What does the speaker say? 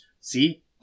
See